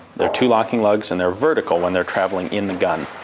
there are two locking lugs, and they're vertical when they're traveling in the gun.